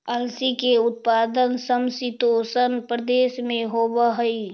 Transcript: अलसी के उत्पादन समशीतोष्ण प्रदेश में होवऽ हई